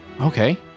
Okay